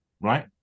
right